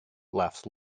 laughs